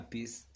Peace